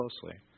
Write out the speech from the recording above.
closely